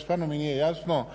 stvarno mi nije jasno,